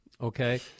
okay